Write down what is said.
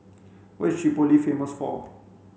what is Tripoli famous for